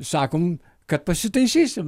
sakom kad pasitaisysim